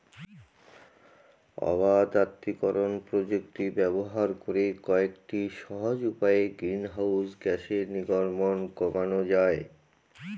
অবাত আত্তীকরন প্রযুক্তি ব্যবহার করে কয়েকটি সহজ উপায়ে গ্রিনহাউস গ্যাসের নির্গমন কমানো যায়